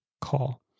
call